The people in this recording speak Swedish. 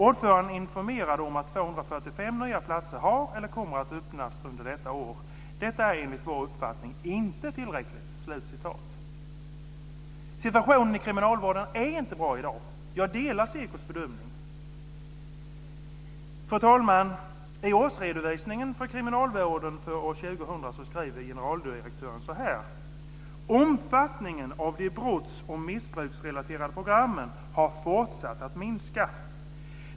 Ordföranden informerade om att 245 nya platser har, eller kommer att, öppnas under detta år. Det är enligt vår uppfattning inte tillräckligt." Situationen i kriminalvården är inte bra i dag. Jag delar SEKO:s bedömning. Fru talman! I årsredovisningen för kriminalvården för år 2000 skriver generaldirektören så här: "Omfattningen av de brotts och missbruksrelaterade programmen har fortsatt att minska.